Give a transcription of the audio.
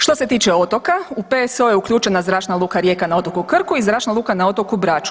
Što se tiče otoka, u PSO je uključena Zračna luka Rijeka na otoku Krku i Zračna luka na otoku Braču.